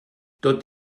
tot